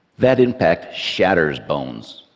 that impact shatters bones,